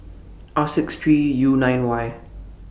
R six three U nine Y